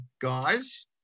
guys